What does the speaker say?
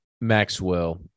Maxwell